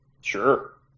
Sure